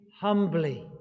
humbly